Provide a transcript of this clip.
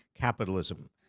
Capitalism